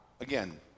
again